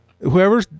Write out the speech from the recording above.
Whoever